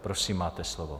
Prosím, máte slovo.